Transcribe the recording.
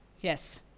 Yes